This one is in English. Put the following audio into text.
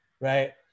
right